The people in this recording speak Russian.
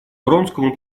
вронскому